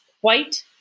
white